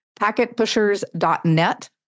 packetpushers.net